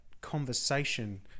conversation